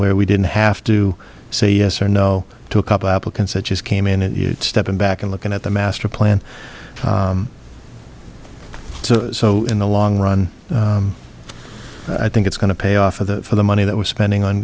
where we didn't have to say yes or no to a couple applicants that just came in and you're stepping back and looking at the master plan so in the long run i think it's going to pay off for the for the money that we're spending on